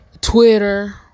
Twitter